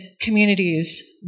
communities